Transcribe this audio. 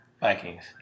Vikings